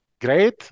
great